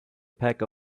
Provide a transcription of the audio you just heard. peck